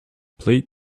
play